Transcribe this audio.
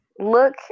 look